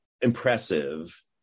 impressive